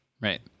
Right